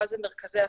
שבעה זה מרכזי עסקים.